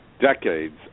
decades